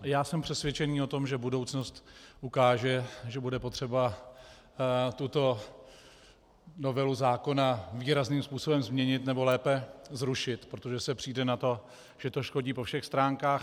Já jsem přesvědčen o tom, že budoucnost ukáže, že bude potřeba tuto novelu zákona výrazným způsobem změnit, nebo lépe zrušit, protože se přijde na to, že to škodí po všech stránkách.